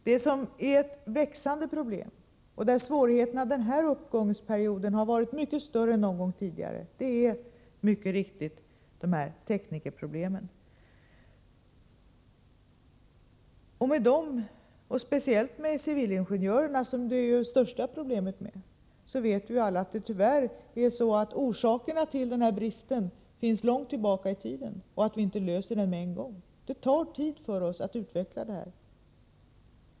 Det som är ett växande problem — där har svårigheterna den här uppgångsperioden varit mycket större än någon gång tidigare — är mycket riktigt teknikerproblemet och speciellt problemet med civilingenjörerna, som är det största. Alla vet ju att orsakerna till den bristen tyvärr ligger långt tillbaka i tiden och att vi därför inte avhjälper den med en gång. Det tar tid för oss att utveckla en lösning av problemet.